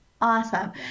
awesome